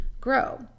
grow